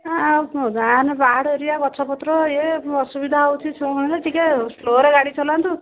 ଆଉ କ'ଣ ଗାଁରେ ପାହାଡ଼ ଏରିଆ ଗଛପତ୍ର ଇଏ ଅସୁବିଧା ହେଉଛି ଟିକେ ସ୍ଲୋରେ ଗାଡ଼ି ଚଲାନ୍ତୁ